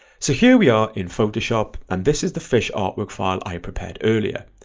so here we are in photoshop and this is the fish artwork file i prepared earlier.